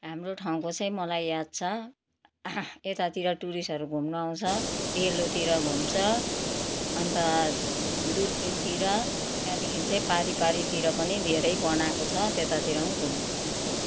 हाम्रो ठाउँको चाहिँ मलाई याद छ यतातिर टुरिस्टहरू घुम्नु आउँछ डेलोतिर घुम्छ अन्त दुर्पिनतिर त्यहाँदेखि चाहिँ पारि पारितिर पनि धेरै बनाएको छ त्यतातिर पनि घुम्नु जान्छ